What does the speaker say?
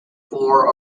four